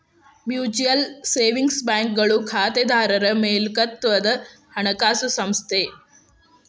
mutual savings ಬ್ಯಾಂಕ್ಗಳು ಖಾತೆದಾರರ್ ಮಾಲೇಕತ್ವದ ಹಣಕಾಸು ಸಂಸ್ಥೆ